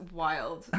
wild